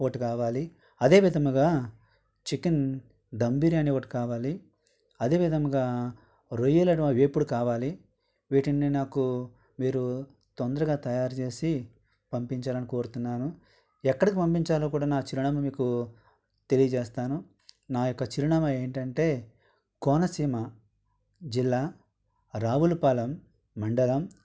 ఒకటి కావాలి అదే విధముగా చికెన్ ధమ్ బిర్యానీ ఒకటి కావాలి అదేవిధముగా రొయ్యలైన వేపుడు కావాలి వీటిని నాకు మీరు తొందరగా తయారు చేసి పంపించాలని కోరుతున్నాను ఎక్కడికి పంపించాలో కూడా నా చిరునామా మీకు తెలియజేస్తాను నా యొక్క చిరునామా ఏంటంటే కోనసీమ జిల్లా రావులపాలెం మండలం